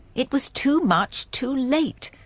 it was too much, too late.